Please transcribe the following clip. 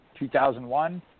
2001